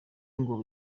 ngo